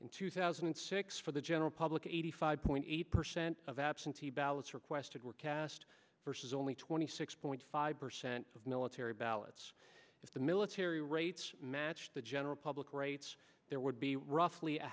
in two thousand and six for the general public eighty five point eight percent of absentee ballots requested were cast versus only twenty six point five percent of military ballots if the military rates match the general public rates there would be roughly a